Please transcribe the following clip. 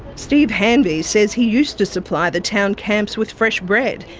steve hanvey says he used to supply the town camps with fresh bread,